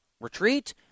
retreat